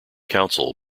council